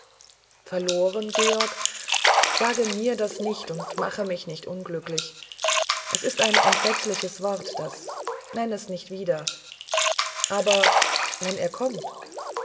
verloren georg sage mir das nicht und mache mich nicht unglücklich es ist ein entsetzliches wort das nenn es nicht wieder aber wenn er kommt